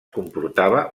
comportava